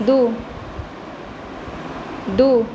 दू